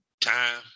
time